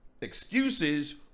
excuses